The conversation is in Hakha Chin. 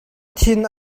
thin